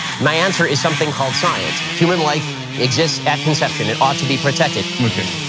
my answer is something called science. human life exists at conception. it ought to be protected. okay,